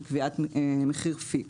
של קביעת מחיר פיקס.